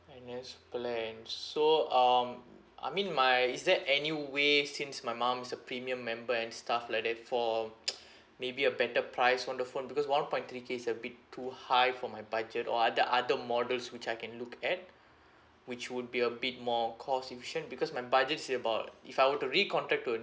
N_S plan so um I mean my is there any way since my mum is a premium member and stuff like that for maybe a better price on the phone because one point three K is a bit too high for my budget or other other models which I can look at which would be a bit more cost efficient because my budget is about if I were to recontract to a